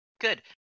Good